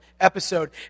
episode